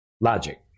logic